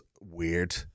weird